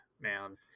man